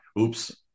oops